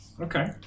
Okay